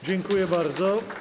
Dziękuję bardzo.